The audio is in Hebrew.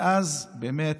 באמת,